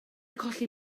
colli